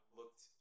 looked